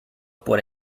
por